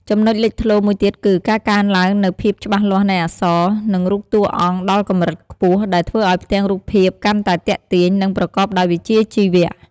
ចំណុចលេចធ្លោមួយទៀតគឺ ការកើនឡើងនូវភាពច្បាស់លាស់នៃអក្សរ និងរូបតួអង្គដល់កម្រិតខ្ពស់ ដែលធ្វើឲ្យផ្ទាំងរូបភាពកាន់តែទាក់ទាញ និងប្រកបដោយវិជ្ជាជីវៈ។